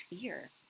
fear